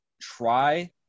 try